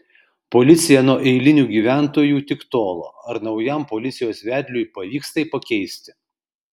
policija nuo eilinių gyventojų tik tolo ar naujam policijos vedliui pavyks tai pakeisti